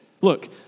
Look